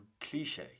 cliche